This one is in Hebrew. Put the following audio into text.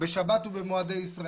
בשבת ובמועדי ישראל".